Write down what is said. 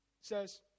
says